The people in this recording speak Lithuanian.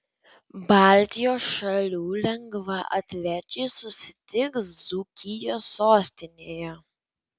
baltijos šalių lengvaatlečiai susitiks dzūkijos sostinėje